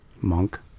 monk